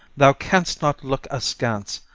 thou canst not look askance,